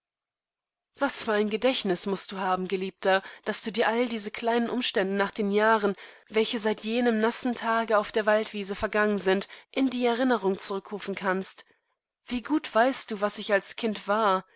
was für ein gedächtnis mußt du haben geliebter daß du dir alle diese kleinen umständenachdenjahren welcheseitjenemnassentageaufderwaldwiesevergangen sind in die erinnerung zurückrufen kannst wie gut weißt du was ich als kind war